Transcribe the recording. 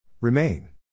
remain